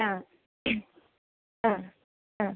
ആ ആ ആ